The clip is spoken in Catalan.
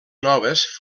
noves